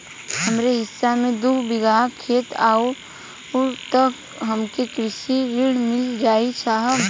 हमरे हिस्सा मे दू बिगहा खेत हउए त हमके कृषि ऋण मिल जाई साहब?